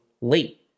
late